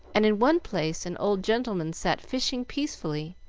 and in one place an old gentleman sat fishing peacefully.